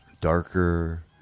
darker